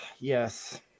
Yes